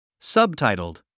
Subtitled